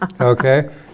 Okay